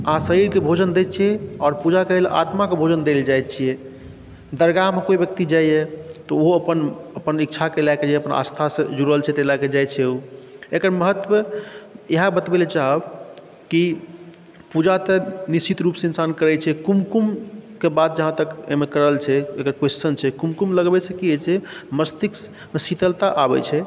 अहाँ शरीरके भोजन दै छिए आओर पूजा करैलए आत्माके भोजन दैलए जाइ छिए दरगाहमे कोइ व्यक्ति जाइए तऽ ओहो अपन अपन इच्छाके लऽ कऽ अपन आस्थासँ जुड़ल छै ताहि लऽ कऽ जाइ छै ओ एकर महत्व इएह बतबैलए चाहब की पूजा तऽ निश्चित रूपसँ इन्सान करै छै कुमकुमके बात जहाँ तक एहिमे करल छै एकर क्वेस्चन छै कुमकुम लगबैसँ की होइ छै मस्तिष्कमे शीतलता आबै छै